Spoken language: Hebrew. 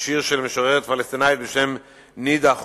ושיר של משוררת פלסטינית בשם נידאא ח'ורי,